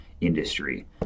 industry